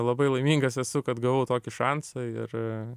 labai laimingas esu kad gavau tokį šansą ir